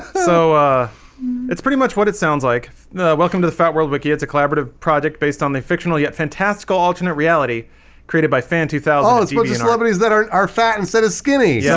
so ah it's pretty much what it sounds like welcome to the fat world wiki it's a collaborative project based on the fictional yet fantastical alternate reality created by fan two thousand and you know you know eleven is that are are fat instead of skinny, yeah